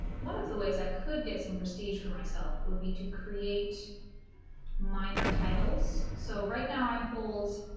one of the ways i could get some prestige for myself would be to create minor titles so right now i hold